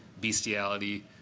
bestiality